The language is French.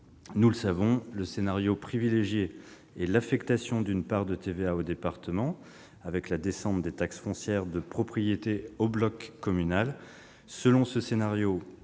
Nous le savons, le scénario privilégié est l'affectation d'une part de TVA aux départements, avec la descente des taxes foncières de propriété au bloc communal. Selon ce scénario,